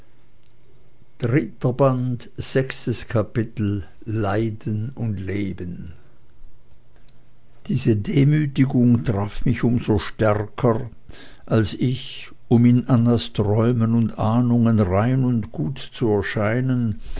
sechstes kapitel leiden und leben diese demütigung traf mich um so stärker als ich in annas träumen und ahnungen rein und gut zu erscheinen